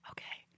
Okay